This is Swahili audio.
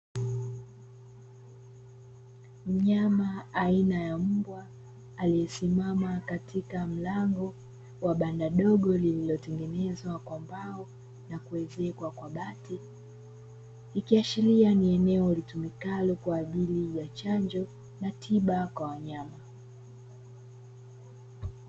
Mnyama aina ya mbwa aliyesimama katika mlango wa banda dogo lililotengenezwa kwa mbao na kuezekwa kwa bati ikiashiria ni eneo litumikalo kwa ajili ya chanjo na tiba kwa wanyama.